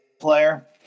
player